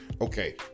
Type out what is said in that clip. okay